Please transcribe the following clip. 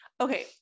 okay